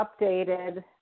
updated